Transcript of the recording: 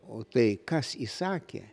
o tai kas įsakė